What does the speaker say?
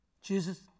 Jesus